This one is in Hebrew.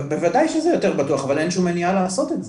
בוודאי שזה יותר בטוח אבל אין שום מניעה לעשות את זה,